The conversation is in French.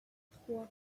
trois